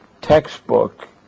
textbook